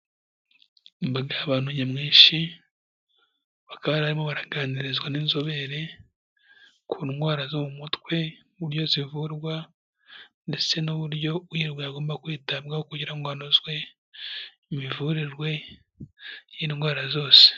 Imbaga y'abantu nyamwinshi bakaba bari barimo baraganirizwa n'inzobere ku ndwara zo mu mutwe, uburyo zivurwa ndetse n'uburyo uyirwaye agomba kwitabwaho kugira ngo hanozwe imivurirwe y'indwara zose.